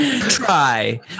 Try